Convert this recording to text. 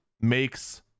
makes